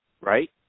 right